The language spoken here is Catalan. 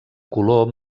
color